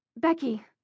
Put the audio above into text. Becky